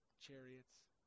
chariots